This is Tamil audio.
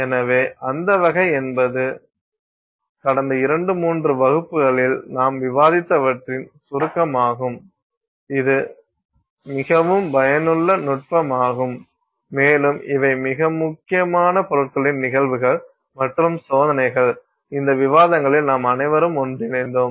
எனவே அந்த வகை என்பது கடந்த இரண்டு மூன்று வகுப்புகளில் நாம் விவாதித்தவற்றின் சுருக்கமாகும் இது மிகவும் பயனுள்ள நுட்பமாகும் மேலும் இவை மிக முக்கியமான பொருட்களின் நிகழ்வுகள் மற்றும் சோதனைகள் இந்த விவாதங்களில் நாம் அனைவரும் ஒன்றிணைந்தோம்